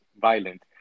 violent